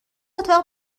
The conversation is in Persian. اتاق